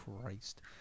Christ